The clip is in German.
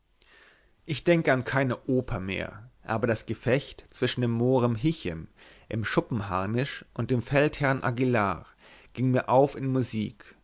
ich denke an keine oper mehr aber das gefecht zwischen dem mohren hichem im schuppenharnisch und dem feldherrn aguillar ging mir auf in musik